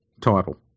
title